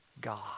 God